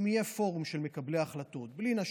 אם יהיה פורום של מקבלי החלטות בלי נשים,